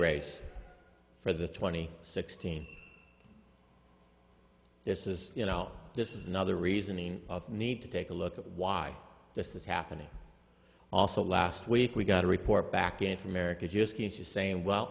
raise for the twenty sixteen this is you know this is another reasoning of need to take a look at why this is happening also last week we got a report back in from america just teachers saying well